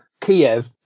kiev